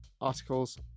articles